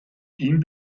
ihm